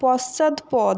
পশ্চাৎপদ